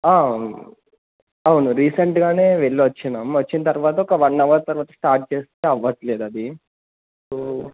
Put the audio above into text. అవును అవును రీసెంట్గానే వెళ్ళొచ్చాము వచ్చిన తర్వాత ఒక వన్ అవర్ తర్వాత స్టార్ట్ చేస్తే అవ్వట్లేదు అది సో